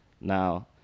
Now